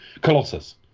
Colossus